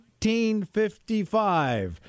1955